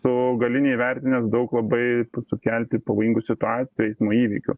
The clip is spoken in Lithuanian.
tu gali neįvertinęs daug labai sukelti pavojingų situacijų eismo įvykių